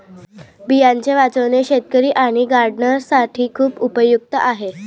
बियांचे वाचवणे शेतकरी आणि गार्डनर्स साठी खूप उपयुक्त आहे